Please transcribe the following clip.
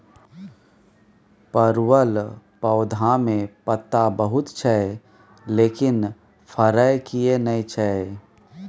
परवल पौधा में पत्ता बहुत छै लेकिन फरय किये नय छै?